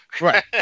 Right